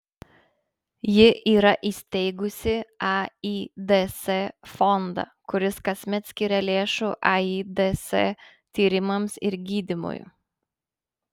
ji yra įsteigusi aids fondą kuris kasmet skiria lėšų aids tyrimams ir gydymui